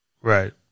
Right